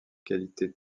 qualité